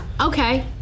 Okay